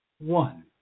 one